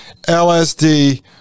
LSD